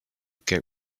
get